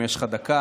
אם יש לך דקה,